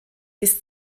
bis